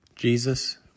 Jesus